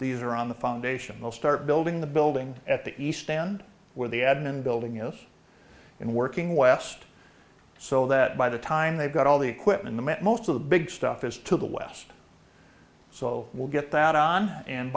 these are on the foundation will start building the building at the east end where the admin building is in working west so that by the time they've got all the equipment the met most of the big stuff is to the west so we'll get that on and